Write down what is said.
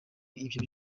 ibyo